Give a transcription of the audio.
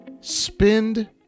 spend